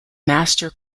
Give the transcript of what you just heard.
master